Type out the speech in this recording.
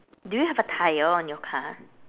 do you have a tire on your car